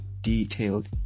detailed